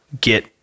get